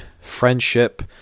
friendship